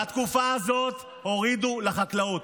בתקופה הזאת הורידו לחקלאות.